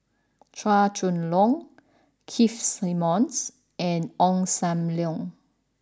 Chua Chong Long Keith Simmons and Ong Sam Leong